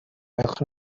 ewch